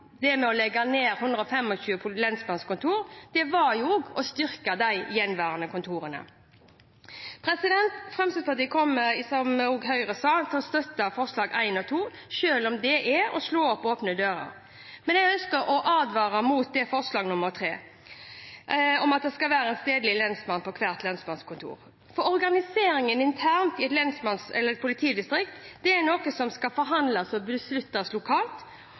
det å legge ned 125 lensmannskontor var jo å styrke de gjenværende kontorene. Fremskrittspartiet kommer, som Høyre sa, til å støtte I og II i forslag til vedtak, selv om det er å slå opp åpne dører. Men jeg ønsker å advare mot III om at det skal være stedlig lensmann på hvert lensmannskontor, for organiseringen internt i et politidistrikt er noe som forhandles og besluttes lokalt,